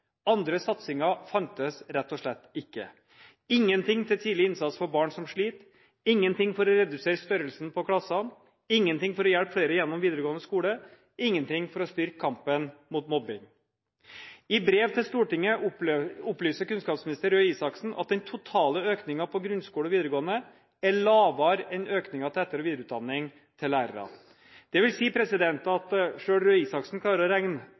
Andre satsinger fantes rett og slett ikke – ingenting til tidlig innsats for barn som sliter, ingenting for å redusere størrelsen på klassene, ingenting for å hjelpe flere gjennom videregående skole, ingenting for å styrke kampen mot mobbing. I brev til Stortinget opplyser kunnskapsminister Røe Isaksen at den totale økningen til grunnskole og videregående skole er lavere enn økningen til etter- og videreutdanning til lærere. Det vil si at selv Røe Isaksen klarer å regne